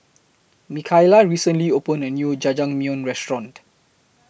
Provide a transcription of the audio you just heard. Mikaila recently opened A New Jajangmyeon Restaurant